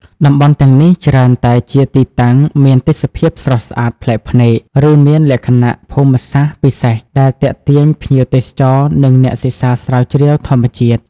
តំបន់ទាំងនេះច្រើនតែជាទីតាំងមានទេសភាពស្រស់ស្អាតប្លែកភ្នែក ឬមានលក្ខណៈភូមិសាស្ត្រពិសេស ដែលទាក់ទាញភ្ញៀវទេសចរ និងអ្នកសិក្សាស្រាវជ្រាវធម្មជាតិ។